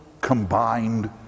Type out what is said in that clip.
combined